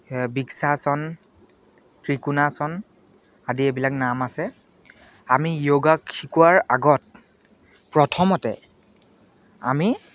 বৃক্ষাসন ত্ৰিকোণাসন আদি এইবিলাক নাম আছে আমি যোগাক শিকোৱাৰ আগত প্ৰথমতে আমি